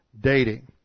dating